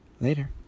Later